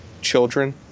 children